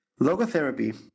Logotherapy